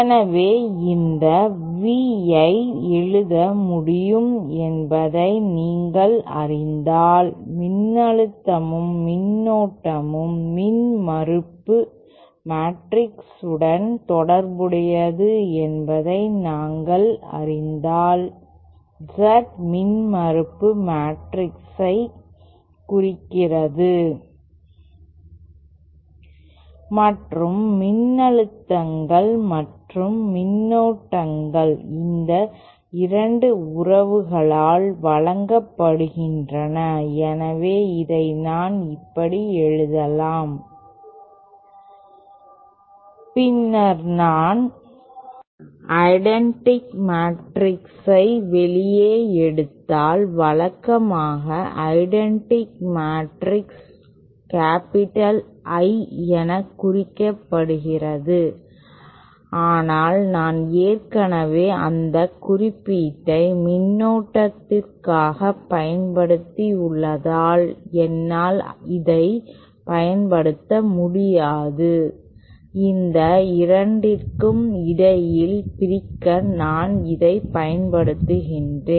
எனவே இந்த V ஐ எழுத முடியும் என்பதை நீங்கள் அறிந்தால் மின்னழுத்தமும் மின்னோட்டமும் மின்மறுப்பு மேட்ரிக்ஸுடன் தொடர்புடையது என்பதை நாங்கள் அறிந்தால் Z மின்மறுப்பு மேட்ரிக்ஸைக் குறிக்கிறது மற்றும் மின்னழுத்தங்கள் மற்றும் மின்னோட்டங்கள் இந்த 2 உறவுகளால் வழங்கப்படுகின்றன எனவே இதை நான் இப்படி எழுதலாம் பின்னர் நான் ஐடென்டிட்டி மேட்ரிக்ஸை வெளியே எடுத்தால் வழக்கமாக ஐடென்டிட்டி மேட்ரிக்ஸ் கேப்பிட்டல் I என குறிக்கப்படுகிறது ஆனால் நான் ஏற்கனவே அந்த குறியீட்டை மின்னோட்டத்திற்காக பயன்படுத்தியுள்ளதால் என்னால் இதை பயன்படுத்த முடியாது இந்த 2 க்கு இடையில் பிரிக்க நான் இதைப் பயன்படுத்துகிறேன்